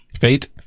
Fate